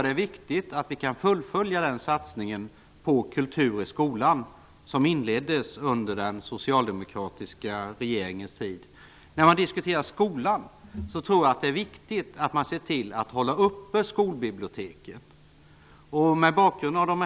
Det är viktigt att vi kan fullfölja den satsning på kultur i skolan som inleddes under den socialdemokratiska regeringens tid. Jag tror att det är viktigt att se till att skolbiblioteken kan upprätthållas.